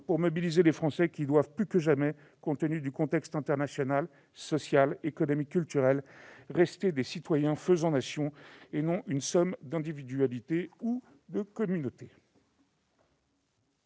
pour mobiliser les Français qui doivent plus que jamais, compte tenu du contexte international, social, économique et culturel, rester des citoyens faisant nation, et non une somme d'individualités ou de communautés.